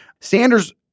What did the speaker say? Sanders